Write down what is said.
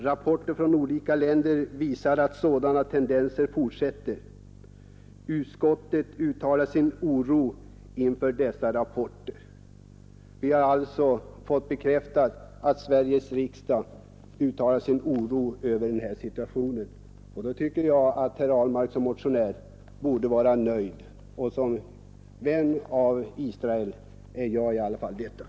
Rapporter från olika länder visar att sådana tendenser fortsätter. Utskottet uttalar sin oro inför dessa rapporter.” Vi har alltså fått bekräftat att Sveriges riksdag uttalar sin oro över situationen. Då borde herr Ahlmark som motionär vara nöjd. Som vän av Israel är jag i alla fall nöjd.